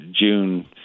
June